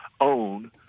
own